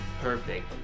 perfect